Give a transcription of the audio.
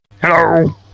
Hello